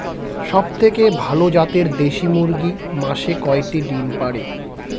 সবথেকে ভালো জাতের দেশি মুরগি মাসে কয়টি ডিম পাড়ে?